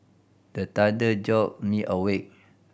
the thunder jolt me awake